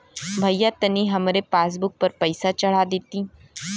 भईया तनि हमरे पासबुक पर पैसा चढ़ा देती